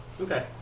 Okay